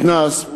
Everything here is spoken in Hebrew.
מתנ"ס,